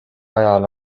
ajal